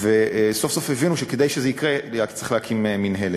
וסוף-סוף הבינו שכדי שזה יקרה צריך להקים מינהלת.